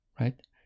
right